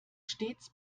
stets